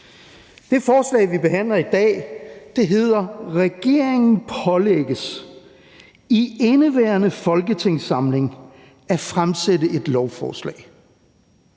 Det forslag, vi behandler i dag, hedder: »Regeringen pålægges i indeværende folketingssamling at fremsætte et lovforslag,